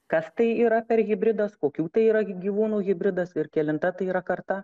kas tai yra per hibridas kokių tai yra gyvūnų hibridas ir kelinta tai yra karta